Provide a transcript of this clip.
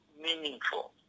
meaningful